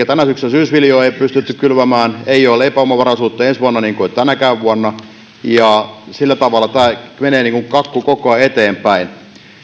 tänä syksynä syysviljaa ei pystytty kylvämään ei ole leipäomavaraisuutta ensi vuonna niin kuin ei tänäkään vuonna ja sillä tavalla tämä kakku menee koko ajan eteenpäin